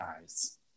eyes